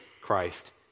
Christ